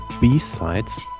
B-sides